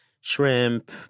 shrimp